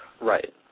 Right